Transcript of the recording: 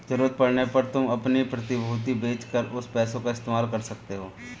ज़रूरत पड़ने पर तुम अपनी प्रतिभूति बेच कर उन पैसों का इस्तेमाल कर सकते हो